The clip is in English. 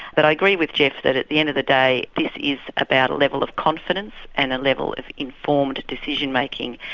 but i agree with geoff that at the end of the day this is about a level of confidence and a level of informed decision making,